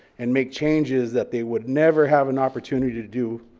and make changes that they would never have an opportunity to do,